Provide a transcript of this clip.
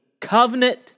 covenant